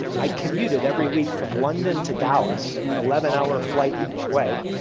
i commuted every week from london to dallas, an eleven hour flight each way.